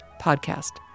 podcast